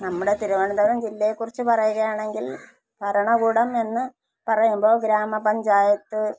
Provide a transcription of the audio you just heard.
നമ്മുടെ തിരുവനന്തപുരം ജില്ലയെ കുറിച്ച് പറയുകയാണെങ്കിൽ ഭരണകൂടം എന്ന് പറയുമ്പോൾ ഗ്രാമപഞ്ചായത്ത്